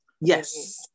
yes